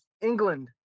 England